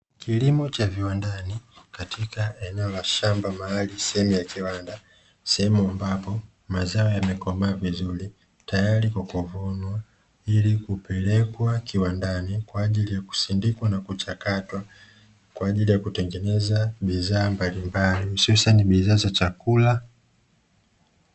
Kilimo cha viwandani katika eneo la shamba mahali ya sehemu ya kiwanda. sehemu ambapo mazao yamekomaa vizuri tayari kwa kuvunwa ilikupelekwa kiwandani kwa ajili ya kusindika na kuchakatwa kwa ajili ya kutengeneza bidhaa mbalimbali hususani bidhaa za chakula.